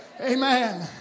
Amen